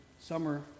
summer